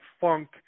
funk